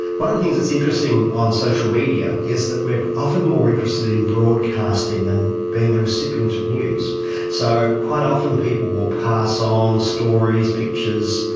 one of the things that's interesting on social media is that we are but often more interested in broadcasting than being the recipient of news so quite often people will pass on stories, pictures,